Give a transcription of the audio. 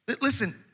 Listen